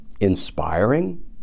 inspiring